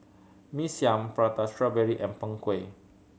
Mee Siam Prata Strawberry and Png Kueh